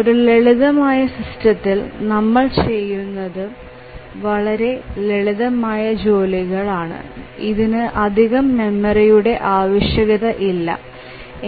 ഒരു ലളിതമായ സിസ്റ്റത്തിൽ നമ്മൾ ചെയ്യുന്നതും വളരെ ലളിതമായ ജോലികൾ ആണ് ഇതിന് അധികം മെമ്മറിയുടെ ആവശ്യകത ഇല്ല